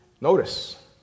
Notice